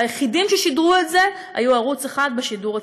היחידים ששידרו את זה היו ערוץ 1, בשידור הציבורי.